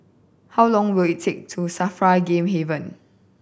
how long will it take to SAFRA Game Haven